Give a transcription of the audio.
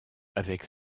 avec